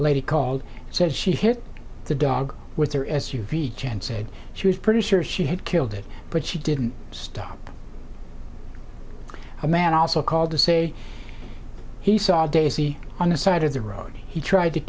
lady called and said she hit the dog with her as u v chan said she was pretty sure she had killed it but she didn't stop a man also called to say he saw a daisy on the side of the road he tried to